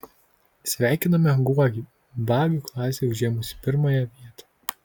sveikiname guogį bagių klasėje užėmusį pirmąją vietą